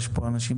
ויש כאן אנשים